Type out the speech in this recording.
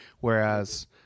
whereas